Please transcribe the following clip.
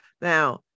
now